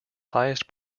highest